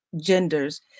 genders